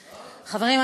חברים,